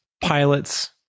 pilots